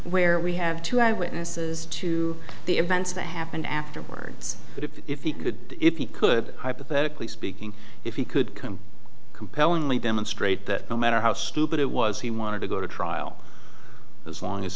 where we have two eyewitnesses to the events that happened afterwards that if he could if he could hypothetically speaking if he could come compellingly demonstrate that no matter how stupid it was he wanted to go to trial as long as